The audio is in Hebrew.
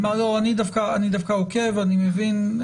אני דווקא עוקב אני מבין,